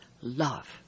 love